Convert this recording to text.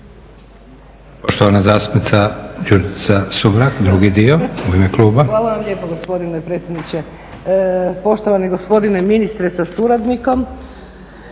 Poštovana zastupnica Đurđica Sumrak, drugi dio u ime kluba. **Sumrak, Đurđica (HDZ)** Hvala vam lijepa gospodine predsjedniče. Poštovani gospodine ministre sa suradnikom,